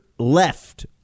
left